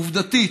עובדתית,